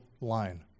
line